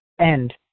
end